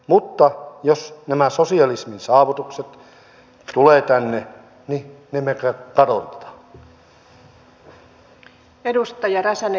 mutta jos nämä sosialismin saavutukset tulevat tänne niin ne me kadotamme